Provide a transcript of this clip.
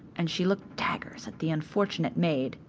and she looked daggers at the unfortunate maid.